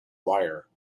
wire